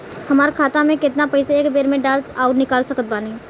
हमार खाता मे केतना पईसा एक बेर मे डाल आऊर निकाल सकत बानी?